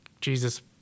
Jesus